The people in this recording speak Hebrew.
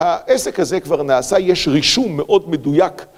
העסק הזה כבר נעשה, יש רישום מאוד מדויק